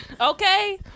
Okay